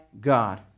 God